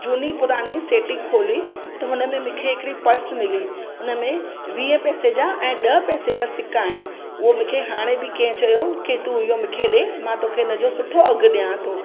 झूनी पुरानी सेटी खोली त हुनमें मूंखे हिकिड़ी पर्स मिली हुन में वीह पेसे जा ऐं ॾह पेसे जा सिका आहिनि उहो मिखे हाणे बि कंहिं चयो के तूं इहो मूंखे ॾिए मां तोखे इन जो सुठो अघु ॾियां थो